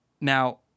Now